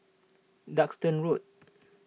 Duxton Road